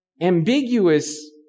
ambiguous